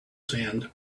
sand